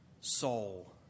soul